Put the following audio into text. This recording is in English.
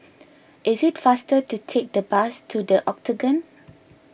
it is faster to take the bus to the Octagon